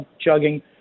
chugging